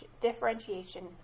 differentiation